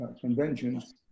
conventions